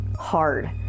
hard